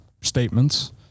statements